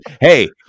hey